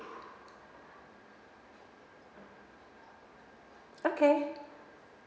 okay